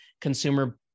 consumer